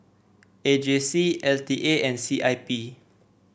A J C L T A and C I P